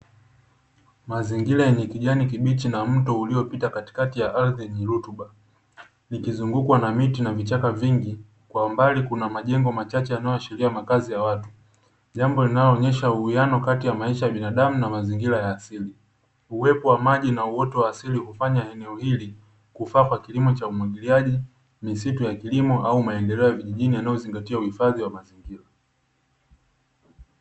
Mazingira yenye kijani kibichi na mto uliopita katikati ya ardhi yenye rutuba ikizungukwa na miti na vichaka vingi. kwa mbali kuna majengo machache yanayoashiria makazi ya watu jambo linaloonesha uwiano kati ya binadamu na mazingira ya asili. Uwepo wa maji na uoto wa asili hufanya eneo hili kufaa kwa kilimo cha umwagiliaji, misitu ya kilimo au maendeleo ya vijijini yanayozingatia uhifadhi wa mazingira.